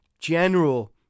General